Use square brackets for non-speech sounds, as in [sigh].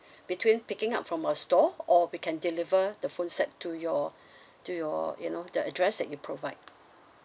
between picking up from our store or we can deliver the phone set to your [breath] to your you know the address that you provide